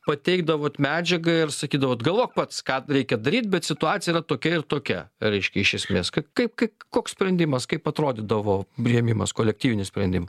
pateikdavot medžiagą ir sakydavot galvok pats ką reikia daryt bet situacija yra tokia ir tokia reiškia iš esmės koks sprendimas kaip atrodydavo priėmimas kolektyvinių sprendimų